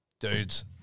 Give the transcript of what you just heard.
Dudes